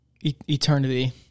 Eternity